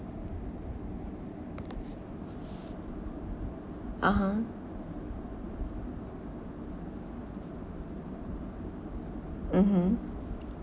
(uh huh) mmhmm